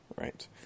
right